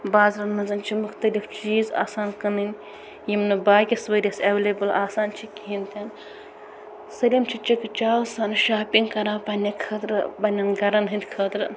بازرن منٛز چھِ آسان مختلف چیٖز آسان کٔننٕۍ یِمۍ نہٕ باقیس ؤرِیس آسان چھٕ اٮ۪وَلیبل آسان چھِ کِہیٖنۍ تہِ نہٕ سٲرم چھٕ چکہٕ چاو سان شاپنگ کَران پننہِ خٲطرٕ پننٛٮ۪ن گَرن ہٕنٛدۍ خٲطرٕ